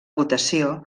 votació